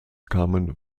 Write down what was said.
kamen